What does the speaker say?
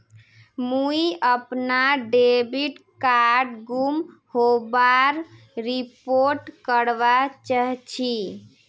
मुई अपना debit card गूम होबार रिपोर्ट करवा चहची